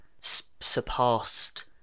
surpassed